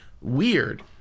weird